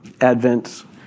Advent